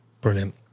Brilliant